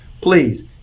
please